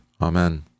Amen